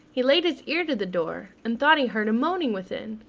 he laid his ear to the door, and thought he heard a moaning within.